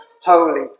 Holy